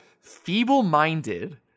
feeble-minded